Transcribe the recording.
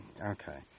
okay